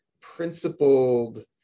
principled